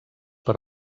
per